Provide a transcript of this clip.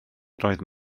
roedd